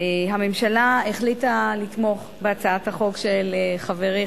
הממשלה החליטה לתמוך בהצעת החוק של חברי,